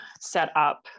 setup